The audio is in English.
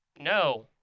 no